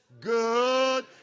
good